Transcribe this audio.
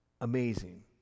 amazing